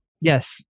yes